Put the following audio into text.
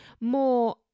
more